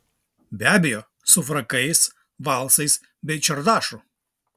be abejo su frakais valsais bei čardašu